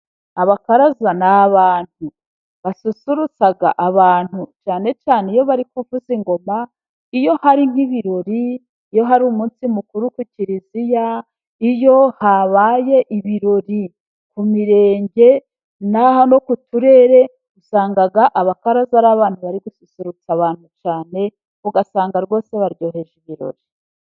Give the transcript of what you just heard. Abakaraza, n'abantu basusurutsa abantu cyane cyane iyo bari kuvuza ingoma, iyo hari nk'ibirori, iyo hari umunsi mukuru ku kiliziya, iyo habaye ibirori ku mirenge nahano ku turere usanga abakaraza ari abantu bari gususurutsa abantu cyane, usanga rwose baryoheje ibirori.